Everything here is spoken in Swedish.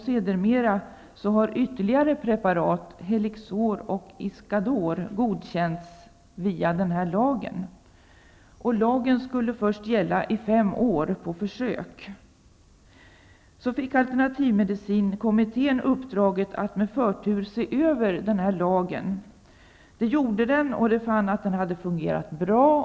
Sedermera har ytterligare preparat, Alternativmedicinkommittén fick uppdraget att med förtur se över injektionslagen, och den fann att lagen hade fungerat bra.